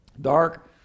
Dark